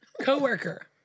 Coworker